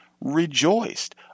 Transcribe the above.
rejoiced